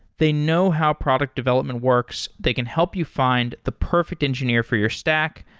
they know how product development works. they can help you find the perfect engineer for your stack,